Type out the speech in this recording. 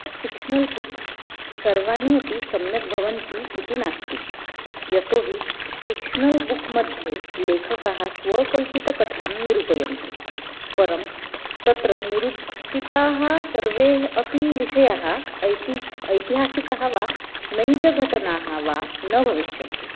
fictional books सर्वाणि अपि सम्यक् भवन्ति इति नास्ति यतो हि फ़िक्ष्नल् बुक् मध्ये लेखकाः स्वकल्पितकथां निरूपयन्ति परं तत्र निरूपिताः सर्वे अपि विषयाः ऐतिहासिकाः ऐतिहासिकः वा निजघटनाः वा न भविष्यन्ति